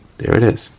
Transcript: there it is,